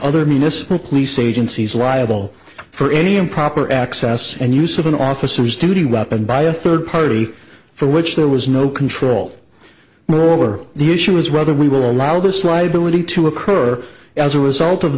other municipal police agencies liable for any improper access and use of an officer's duty weapon by a third party for which there was no control moreover the issue is whether we will allow this right building to occur or as a result of